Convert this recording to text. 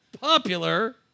Popular